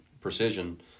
precision